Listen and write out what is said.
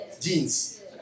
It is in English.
Jeans